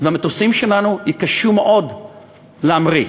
והמטוסים שלנו יתקשו מאוד להמריא.